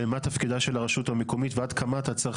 מה תפקידה של הרשות המקומית ועד כמה אתה צריך